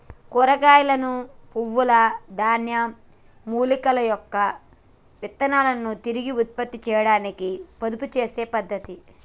కూరగాయలను, పువ్వుల, ధాన్యం, మూలికల యొక్క విత్తనాలను తిరిగి ఉత్పత్తి చేయాడానికి పొదుపు చేసే పద్ధతి